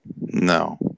No